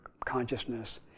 consciousness